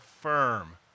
firm